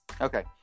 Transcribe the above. Okay